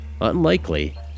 Unlikely